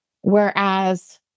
Whereas